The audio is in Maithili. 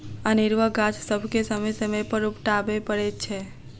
अनेरूआ गाछ सभके समय समय पर उपटाबय पड़ैत छै